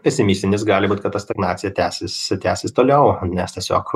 pesimistinis gali būt kad ta stagnacija tęsis tęsis toliau nes tiesiog